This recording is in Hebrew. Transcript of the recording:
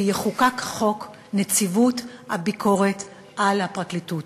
ויחוקק חוק נציבות הביקורת על הפרקליטות.